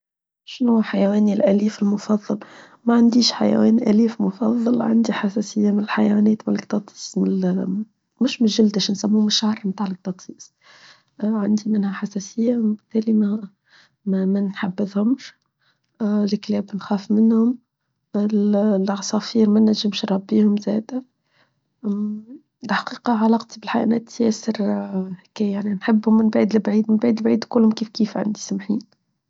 شنو حيواني الأليف المفضل؟ ما عنديش حيوان أليف مفضل عندي حساسية من الحيوانات والكتاطيس مش من الجلدش نسموه مش عرم تاع الكتاطيس عندي منها حساسية وبالتالي ما نحبذهمش الكلاب نخاف منهم العصافير ما نجيبش نربيهم زادة الحقيقة علاقتي بالحيوانات يسر حكاية يعني نحبهم من بعيد لبعيد من بعيد لبعيد وكلهم كيف كيف عندي سمحين.